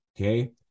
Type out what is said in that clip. Okay